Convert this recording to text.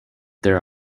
there